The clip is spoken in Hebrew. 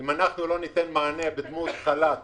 אם אנחנו לא ניתן מענה בדמות חל"ת